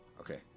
Okay